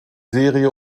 serie